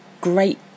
great